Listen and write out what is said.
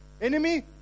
enemy